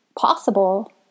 possible